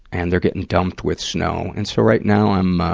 and they're getting dumped with snow. and so, right now, i'm, ah,